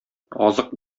азык